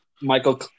Michael